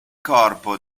corpo